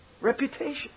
reputation